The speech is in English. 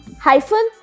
hyphen